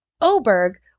Oberg